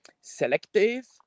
selective